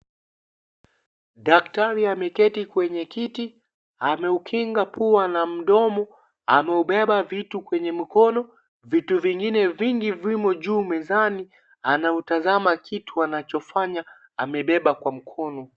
Daktari ameketi kwenye kiti, ameukinga pua na mdomo, ameubeba vitu kwenye mkono, vitu vingine vingi vimo juu mezani anautazama kitu anachofanya ameubeba kwenye mkono.